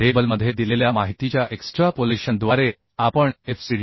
टेबलमध्ये दिलेल्या माहितीच्या एक्स्ट्रापोलेशनद्वारे आपणFCD